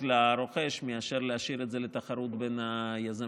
לרוכש מאשר להשאיר את זה לתחרות בין היזמים,